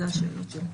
אלה השאלות שלי.